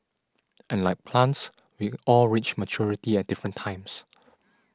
and like plants we all reach maturity at different times